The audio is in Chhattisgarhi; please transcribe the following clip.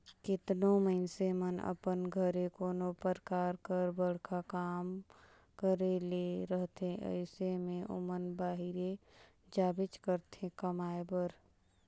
केतनो मइनसे मन अपन घरे कोनो परकार कर बड़खा काम करे ले रहथे अइसे में ओमन बाहिरे जाबेच करथे कमाए बर